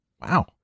wow